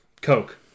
Coke